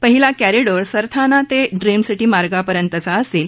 पहीला कॉरीडॉर सरथाना ते dream city मार्गापर्यंतचा असेल